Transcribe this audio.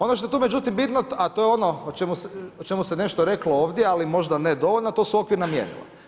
Ono što je tu međutim bitno, a to je ono čemu se nešto reklo ovdje, ali možda ne dovoljno, a to su okvirna mjerila.